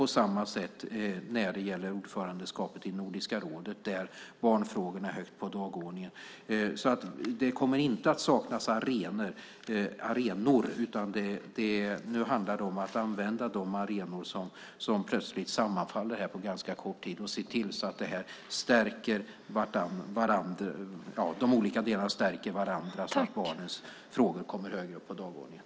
På samma sätt är det med ordförandeskapet i Nordiska rådet. Där finns barnfrågorna högt på dagordningen. Det kommer inte att saknas arenor, utan nu handlar det om att använda de arenor som plötsligt sammanfaller här på ganska kort tid och se till att de olika delarna stärker varandra så att barnens frågor kommer högre upp på dagordningen.